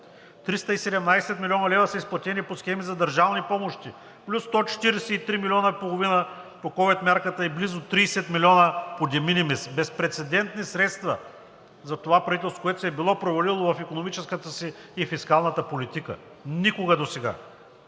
317 млн. лв. са изплатени по схеми за държавни помощи, плюс 143,5 милиона по ковид мярката и близо 30 милиона по de minimis. Безпрецедентни средства за това правителство, което се било провалило в икономическата си и фискалната политика. Никога досега!